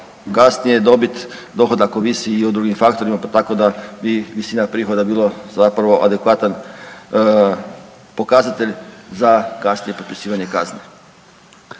kasnije dobit dohodak ovisi i o drugim faktorima pa tako da bi visina prihoda bio adekvatan pokazatelj za kasnije propisivanje kazne.